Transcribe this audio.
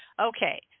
Okay